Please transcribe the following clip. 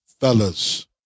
fellas